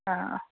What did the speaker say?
ആ ആ